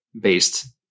based